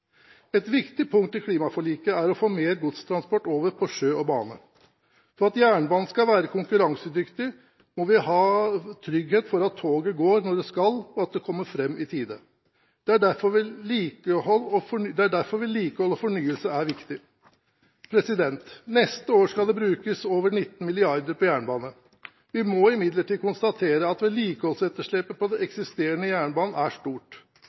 Et viktig punkt i klimaforliket er å få mer av godstransporten over på sjø og bane. For at jernbanen skal være konkurransedyktig, må vi ha trygghet for at toget går når det skal, og at det kommer fram i tide. Det er derfor vedlikehold og fornyelse er viktig. Neste år skal det brukes over 19 mrd. kr på jernbane. Vi må imidlertid konstatere at vedlikeholdsetterslepet på den eksisterende jernbanen er stort.